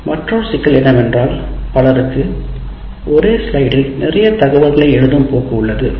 மற்றொரு சிக்கல் என்னவென்றால் பலருக்கு ஒரே ஸ்லைடில் நிறைய தகவல்களை எழுதும் போக்கு உள்ளது